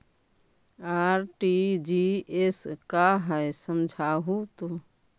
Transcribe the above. RTGS का है समझाहू तो?